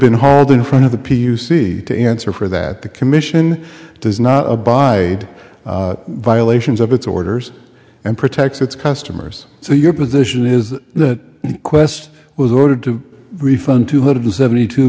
been hauled in front of the p u c to answer for that the commission does not abide violations of its orders and protects its customers so your position is that qwest was ordered to refund two hundred seventy two